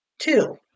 Two